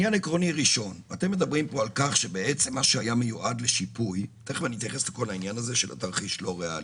כתוב פה שמה שיועד לשיפוי של רשויות,